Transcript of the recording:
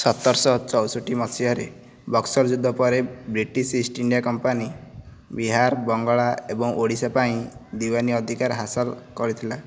ସତର ଶହ ଚଉଷଠି ମସିହାରେ ବକ୍ସର ଯୁଦ୍ଧ ପରେ British East India Company Bihar Bangla ଏବଂ ଓଡ଼ିଶା ପାଇଁ ଦିୱାନୀ ଅଧିକାର ହାସଲ କରିଥିଲା